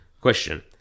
Question